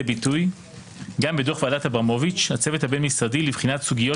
ביטוי גם בדוח ועדת אברמוביץ' הצוות הבין-משרדי לבחינת סוגיות